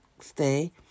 stay